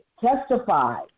testify